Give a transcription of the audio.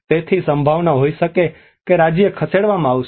તેથી સંભાવના હોઈ શકે છે કે રાજ્ય ખસેડવામાં આવશે